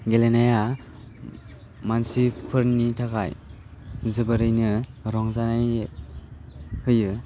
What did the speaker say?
गेलेनाया मानसिफोरनि थाखाय जोबोरैनो रंजानाय होयो